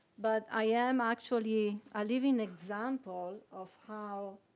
but i am actually a living example of how